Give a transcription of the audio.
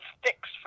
sticks